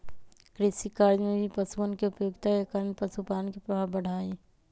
कृषिकार्य में भी पशुअन के उपयोगिता के कारण पशुपालन के प्रभाव बढ़ा हई